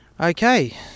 Okay